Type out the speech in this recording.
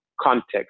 context